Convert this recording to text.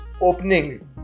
Openings